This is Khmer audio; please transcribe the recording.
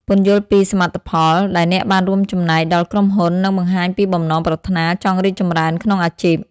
ពន្យល់ពី សមិទ្ធផល ដែលអ្នកបានរួមចំណែកដល់ក្រុមហ៊ុន និង បង្ហាញពីបំណងប្រាថ្នាចង់រីកចម្រើន ក្នុងអាជីព។